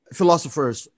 philosophers